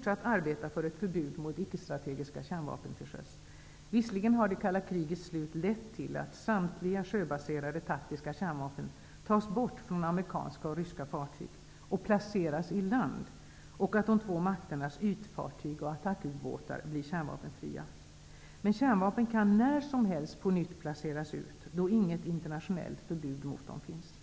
skall arbeta för ett förbud mot icke-strategiska kärnvapen till sjöss. Det kalla krigets slut har visserligen lett till att samtliga sjöbaserade taktiska kärnvapen tas bort från amerikanska och ryska fartyg och placeras i land och att de två makternas ytfartyg och attackubåtar blir kärnvapenfria. Men kärnvapen kan när som helst på nytt placeras ut, då inget internationellt förbud mot dem finns.